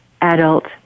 adult